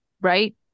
right